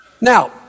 Now